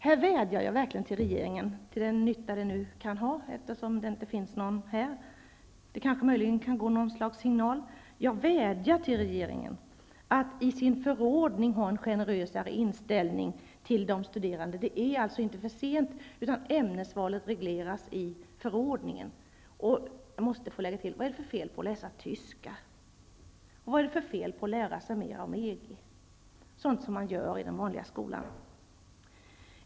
Här vädjar jag verkligen till regeringen -- till den nytta det nu kan vara, eftersom det inte finns någon representant för regeringen här, men möjligen kan något slags signal gå fram -- att i sin förordning ha en generösare inställning till de studerande. Det är alltså inte för sent, utan ämnesvalet regleras i förordningen. Vad är det för fel på att läsa tyska? Vad är det för fel på att lära sig mer om EG? Det är ju sådant man gör i den vanliga skolan.